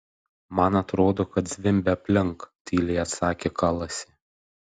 man atrodo kad zvimbia aplink tyliai atsakė kalasi